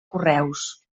correus